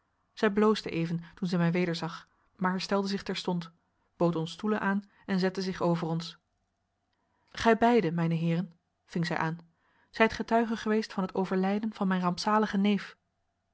zij bloosde even toen zij mij wederzag maar herstelde zich terstond bood ons stoelen aan en zette zich over ons gij beiden mijne heeren ving zij aan zijt getuigen geweest van het overlijden van mijn rampzaligen neef